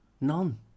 None